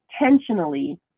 intentionally